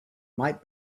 might